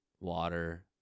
water